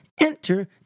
enter